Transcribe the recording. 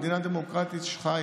במדינה דמוקרטית יש חיץ.